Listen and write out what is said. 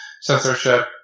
censorship